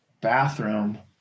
bathroom